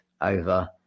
over